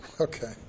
okay